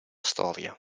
storia